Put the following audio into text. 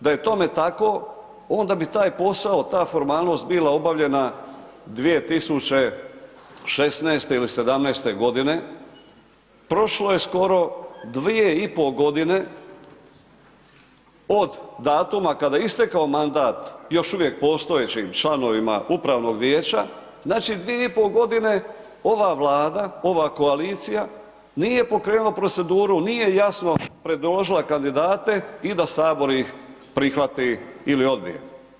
Da je tome tako, onda bi taj posao, ta formalnost bila obavljena 2016. ili '17. g. prošlo je skoro 2,5 godine, od datuma kada je istekao mandat još uvijek postojećim članovima Upravnog vijeća, znači 2,5 godine, ova Vlada, ova koalicija nije pokrenula proceduru, nije jasno predložila kandidate i da Sabor ih prihvati ili odbije.